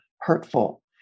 hurtful